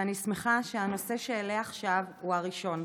ואני שמחה שהנושא שאעלה עכשיו הוא הראשון.